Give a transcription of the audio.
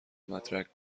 مدرک